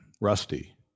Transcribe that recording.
Rusty